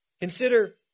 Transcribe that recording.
Consider